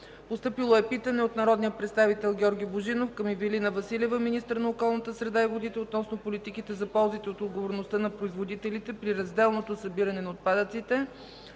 Постъпило е питане от народния представител Георги Божинов към Ивелина Василева – министър на околната среда и водите, относно политиките за ползите от отговорността на производителите при разделното събиране на отпадъците